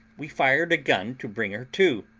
we fired a gun to bring her to.